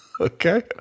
Okay